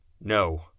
No